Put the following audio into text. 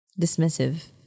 Dismissive